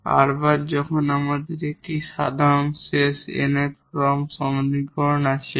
r বার যখন আমাদের একটি সাধারণ শেষ nth অর্ডার সমীকরণ আছে